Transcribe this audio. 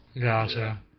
gotcha